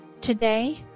today